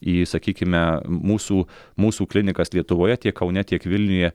į sakykime mūsų mūsų klinikas lietuvoje tiek kaune tiek vilniuje